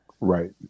Right